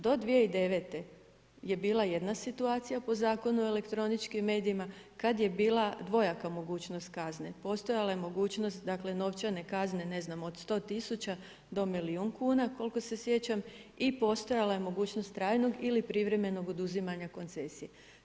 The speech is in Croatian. Do 2009. je bila jedna situacija po Zakonu o elektroničkim medijima, kad je bila dvojaka mogućnost kazne postojala je mogućnost, dakle novčane kazne od 100 tisuća do milijuna kuna koliko se sjećam i postojala je mogućnost trajnog ili privremenog oduzimanja koncesije.